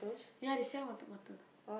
ya they sell water bottle